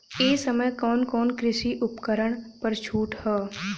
ए समय कवन कवन कृषि उपकरण पर छूट ह?